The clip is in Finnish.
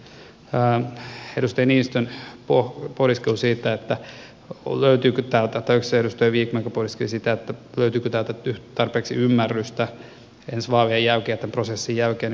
edustaja niinistö pohdiskeli sitä vai oliko se edustaja vikman joka pohdiskeli sitä löytyykö täältä tarpeeksi ymmärrystä ensi vaalien jälkeen tämän prosessin jälkeen